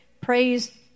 praise